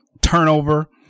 turnover